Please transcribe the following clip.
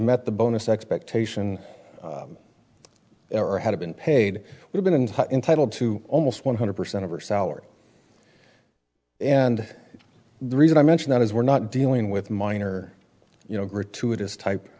met the bonus expectation or had been paid we've been in touch entitled to almost one hundred percent of her salary and the reason i mention that is we're not dealing with minor you know gratuitous type